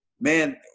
man